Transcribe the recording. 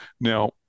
Now